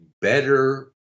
better